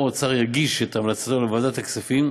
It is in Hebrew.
שר האוצר יגיש את המלצותיו לוועדת הכספים,